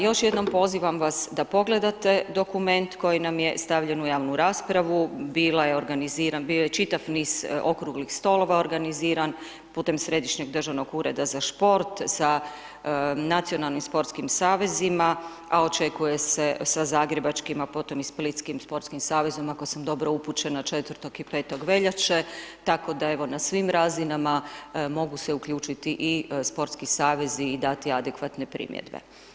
Još jednom pozivam vas da pogledate dokument koji nam je stavljen u javnu raspravu, bila je organiziran, bio je čitav niz okruglih stolova organiziran putem Središnjeg državnog ureda za šport sa nacionalnim sportskim savezima, a očekuje se sa zagrebačkim, a potom i splitskim sportskim savezom ako sam dobro upućene 4. i 5. veljače, tako da evo na svim razinama mogu se uključiti i sportski savezi i dati adekvatne primjedbe.